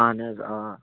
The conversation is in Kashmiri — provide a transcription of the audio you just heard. اَہَن حظ آ